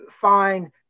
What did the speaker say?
fine